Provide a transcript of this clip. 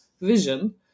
vision